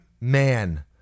man